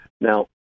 Now